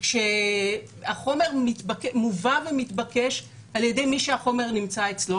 כשהחומר מובא ומתבקש על-ידי מי שהחומר נמצא אצלו,